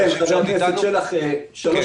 כן, שלוש